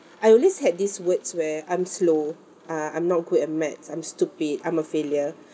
I always had this words where I'm slow uh I'm not good at maths I'm stupid I'm a failure